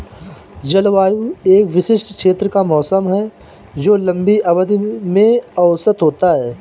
जलवायु एक विशिष्ट क्षेत्र का मौसम है जो लंबी अवधि में औसत होता है